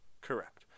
Correct